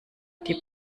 die